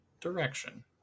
direction